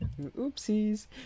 Oopsies